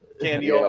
Candy